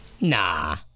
Nah